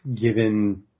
given